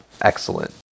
excellent